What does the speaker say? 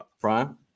prime